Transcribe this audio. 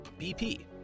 BP